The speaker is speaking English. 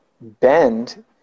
bend